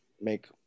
make